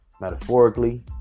metaphorically